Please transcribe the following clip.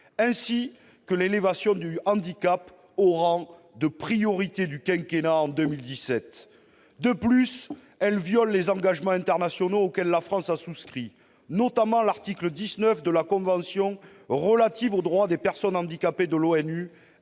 ainsi que l'élévation du handicap au rang de priorité du quinquennat en 2017. De plus, il viole les engagements internationaux auxquels la France a souscrit, notamment l'article 19 de la convention relative aux droits des personnes handicapées de l'ONU,